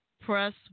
press